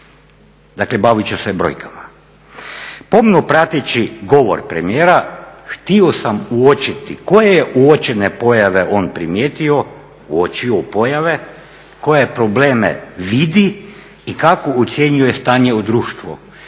Dakle, bavit ću se brojkama. Pomno prateći govor premijera htio sam uočiti koje je uočene pojave on primijetio, uočio pojave, koje probleme vidi i kako ocjenjuje stanje u društvu.